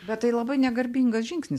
bet tai labai negarbingas žingsnis